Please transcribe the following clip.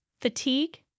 fatigue